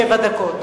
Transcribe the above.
שבע דקות.